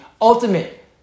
ultimate